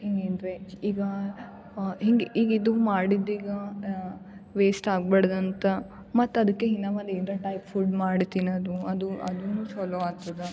ಈಗಿನ್ ರೇಂಜ್ ಈಗ ಹಿಂಗೆ ಈಗ ಇದು ಮಾಡಿದ ಈಗ ವೇಸ್ಟ್ ಆಗ್ಬಾಡ್ದು ಅಂತ ಮತ್ತು ಅದಕ್ಕೆ ಇನ್ನು ಒಂದು ಏನ್ರ ಟೈಪ್ ಫುಡ್ ಮಾಡಿ ತಿನ್ನೊದು ಅದು ಅದನ್ನು ಚಲೋ ಆಗ್ತದ